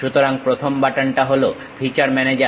সুতরাং প্রথম বাটনটা হলো ফিচার ম্যানেজার